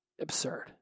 absurd